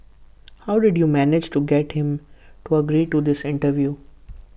how did you manage to get him to agree to this interview